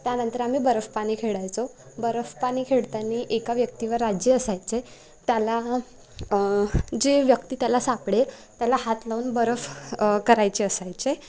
त्यानंतर आम्ही बरफ पानी खेळायचो बरफ पानी खेळताना एका व्यक्तीवर राज्य असायचे त्याला जे व्यक्ती त्याला सापडे त्याला हात लावून बरफ करायचे असायचे